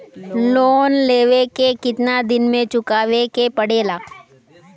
Loan लेवे के कितना दिन मे चुकावे के पड़ेला?